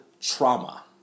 trauma